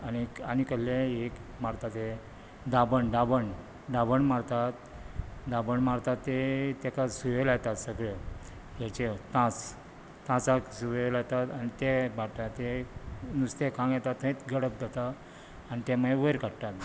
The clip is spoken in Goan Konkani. आनीक आनी कहलेय एक मारता ते दाबण दाबण दाबण मारतात दाबण मारतात ते तेका सुयो लायतात सगळें हेचे तास तासाक सुये लायतात आनी ते भाटा ते नुस्तें खावक येता थंयत गडप जाता आनी ते मगीर वयर काडटा आमी